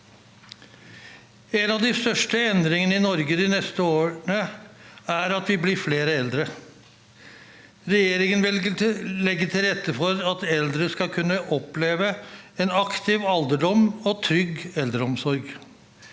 En av de største endringene i Norge de neste årene er at vi blir flere eldre. Regjeringen vil legge til rette for at eldre skal kunne oppleve en aktiv alderdom og trygg eldreomsorg.